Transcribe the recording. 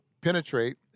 penetrate